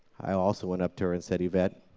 i also went up to her and said, yvette,